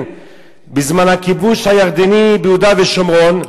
בזמן הכיבוש הירדני ביהודה ושומרון,